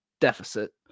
deficit